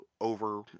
over